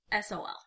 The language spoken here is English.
SOL